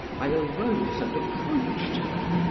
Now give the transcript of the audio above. i arose and approached her.